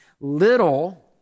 Little